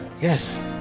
Yes